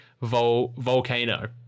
volcano